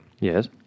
Yes